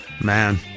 Man